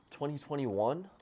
2021